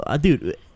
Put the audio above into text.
dude